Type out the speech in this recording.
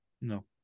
No